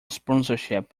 sponsorship